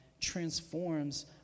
transforms